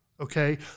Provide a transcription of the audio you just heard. okay